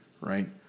right